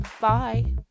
Bye